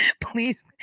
Please